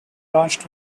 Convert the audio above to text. launched